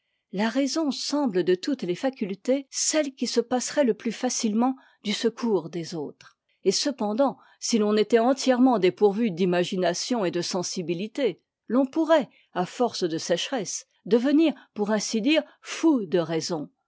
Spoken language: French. la raison semble de toutes les facultés celle qui se passerait le plus facilement du secours des autres et cependant si l'on était entièrement dépourvu d'imagination et de sensibilité l'on pourrait à force de sécheresse devenir pour ainsi dire fou de raison